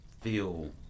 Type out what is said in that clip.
feel